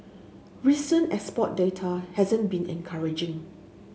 recent export data hasn't been encouraging